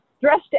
dressed